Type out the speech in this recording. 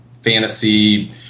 fantasy